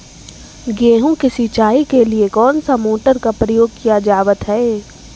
गेहूं के सिंचाई के लिए कौन सा मोटर का प्रयोग किया जावत है?